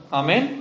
amen